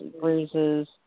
bruises